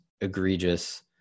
egregious